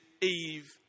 Eve